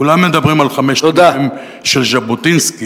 כולם מדברים על חמשת המ"מים של ז'בוטינסקי.